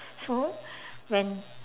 so when